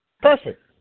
Perfect